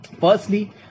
firstly